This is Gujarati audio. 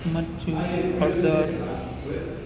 મરચું હળદર